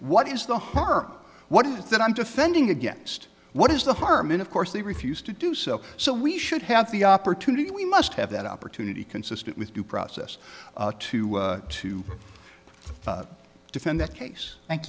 what is the her what is that i'm defending against what is the harm in of course they refused to do so so we should have the opportunity we must have that opportunity consistent with due process to to defend that case thank